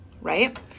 right